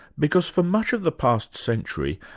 because for much of the past century,